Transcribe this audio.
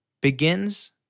begins